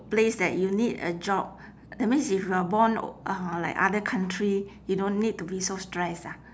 place that you need a job that means if you are born uh like other country you don't need be so stressed ah